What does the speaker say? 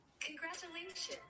Congratulations